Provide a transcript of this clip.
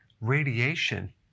radiation